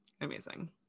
amazing